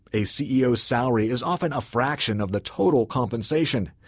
a ceo's salary is often a fraction of the total compensation.